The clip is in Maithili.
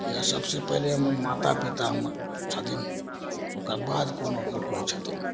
या सबसे पहिले माता पितामे छथिन ओकर बाद कोनोके कोइ छथिन